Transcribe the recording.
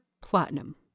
platinum